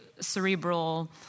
cerebral